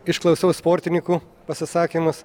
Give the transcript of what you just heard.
išklausiau sportininkų pasisakymus